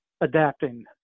adapting